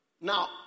Now